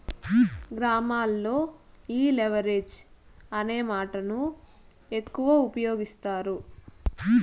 గ్రామాల్లో ఈ లెవరేజ్ అనే మాటను ఎక్కువ ఉపయోగిస్తారు